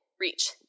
reach